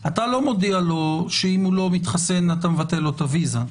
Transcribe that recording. אתה לא מודיע לו שאם הוא לא מתחסן אתה מבטל לו את הוויזה,